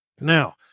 Now